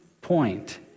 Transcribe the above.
point